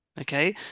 okay